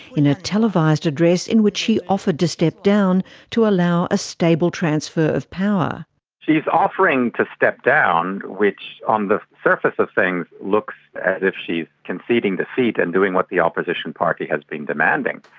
in a televised address in which she offered to step down to allow a stable transfer of power. she is offering to step down, which on the surface of things looks as if she's conceding defeat and doing what the opposition party has been demanding,